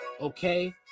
okay